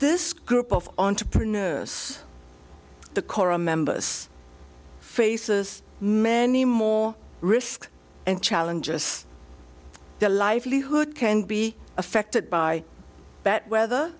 this group of entrepreneurs the koran members faces many more risks and challenges their livelihood can be affected by bad weather